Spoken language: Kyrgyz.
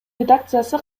редакциясы